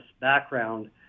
background